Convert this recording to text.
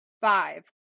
Five